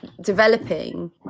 developing